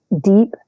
deep